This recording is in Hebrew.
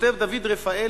כותב דוד רפאלי,